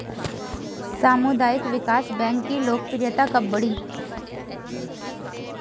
सामुदायिक विकास बैंक की लोकप्रियता कब बढ़ी?